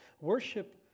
Worship